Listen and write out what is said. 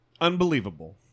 Unbelievable